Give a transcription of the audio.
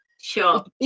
Sure